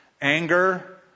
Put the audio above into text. anger